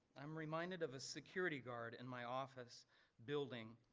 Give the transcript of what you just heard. i'm reminded of a security guard in my office building,